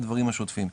הדברים השוטפים.